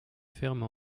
ferme